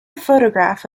photograph